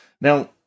Now